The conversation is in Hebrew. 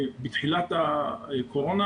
שבתחילת הקורונה